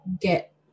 get